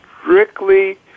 strictly